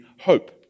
hope